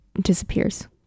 disappears